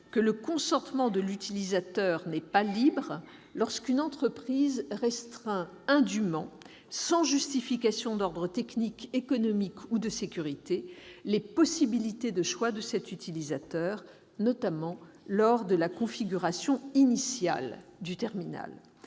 que le consentement de l'utilisateur n'est pas libre lorsqu'une entreprise restreint indûment, sans justification d'ordre technique, économique ou de sécurité, les possibilités de choix de cet utilisateur, notamment lors de la configuration initiale du terminal.